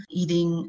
eating